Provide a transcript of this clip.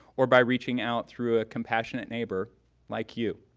or by reaching out through a compassionate neighbor like you.